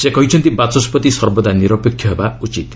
ସେ କହିଛନ୍ତି ବାଚସ୍କତି ସର୍ବଦା ନିରପେକ୍ଷ ହେବା ଉଚିତ୍